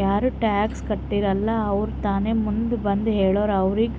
ಯಾರು ಟ್ಯಾಕ್ಸ್ ಕಟ್ಟಿರಲ್ಲ ಅವ್ರು ತಾನೇ ಮುಂದ್ ಬಂದು ಹೇಳುರ್ ಅವ್ರಿಗ